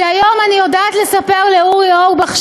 כי היום אני יודעת לספר לאורי אורבך,